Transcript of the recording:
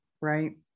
right